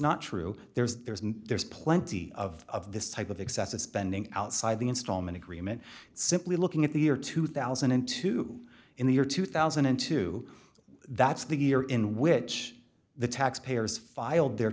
not true there's there is and there's plenty of this type of excessive spending outside the installment agreement simply looking at the year two thousand and two in the year two thousand and two that's the year in which the tax payers filed their